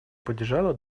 поддержала